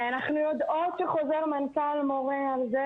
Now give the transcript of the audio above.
אנחנו יודעות שחוזר מנכ"ל מורה על זה